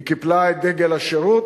היא קיפלה את דגל השירות,